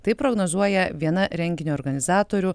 taip prognozuoja viena renginio organizatorių